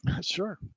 sure